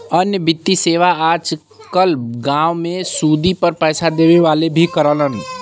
अन्य वित्तीय सेवा आज कल गांव में सुदी पर पैसे देवे वाले भी करलन